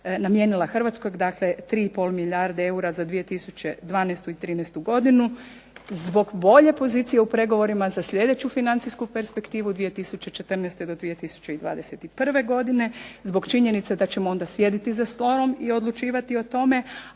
namijenila Hrvatskoj, dakle 3,5 milijarde eura za 2012. i 2013. godinu, zbog bolje pozicije u pregovorima za sljedeću financijsku perspektivu 2014.-2021. godine, zbog činjenice da ćemo onda sjediti za stolom i odlučivati o tome,